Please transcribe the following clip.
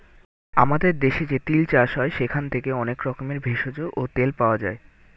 আমাদের দেশে যে তিল চাষ হয় সেখান থেকে অনেক রকমের ভেষজ ও তেল পাওয়া যায়